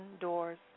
doors